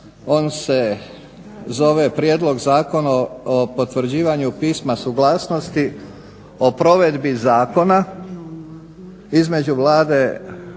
on se zove Prijedlog zakona o potvrđivanju Pisma suglasnosti o provedbi zakona između Vlade